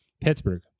Pittsburgh